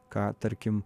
ką tarkim